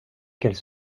qu’elle